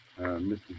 Mr